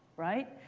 right?